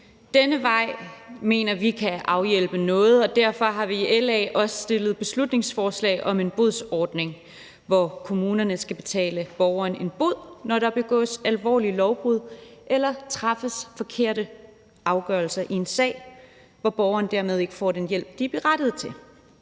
Denne vej mener vi kan afhjælpe noget, og derfor har vi i LA også fremsat beslutningsforslag om en bodsordning, hvor kommunerne skal betale borgeren en bod, når der begås alvorlige lovbrud eller træffes forkerte afgørelser i en sag, hvor borgerne dermed ikke får den hjælp, de er berettigede til.